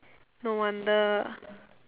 no wonder